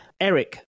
Eric